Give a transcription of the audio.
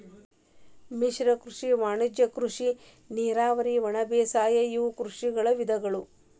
ಮಿಶ್ರ ಕೃಷಿ ವಾಣಿಜ್ಯ ಕೃಷಿ ನೇರಾವರಿ ಒಣಬೇಸಾಯ ಇವು ಕೃಷಿಯ ವಿಧಗಳು